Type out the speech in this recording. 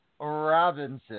robinson